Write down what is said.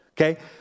Okay